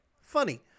Funny